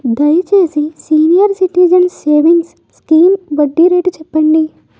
దయచేసి senior citizens savings scheme వడ్డీ rate చెప్పండి